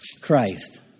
Christ